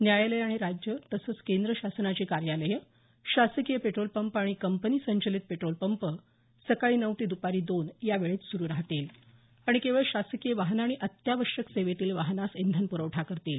न्यायालय आणि राज्य तसंच केंद्र शासनाची कार्यालयं शासकीय पेट्रोलपंप आणि कंपनी संचलित पेट्रोल पंप सकाळी नऊ ते द्पारी दोन यावेळेत सुरू राहतील आणि केवळ शासकीय वाहनं आणि अत्यावश्यक सेवेतील वाहनास इंधन प्रवठा करतील